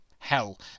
Hell